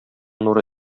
нуры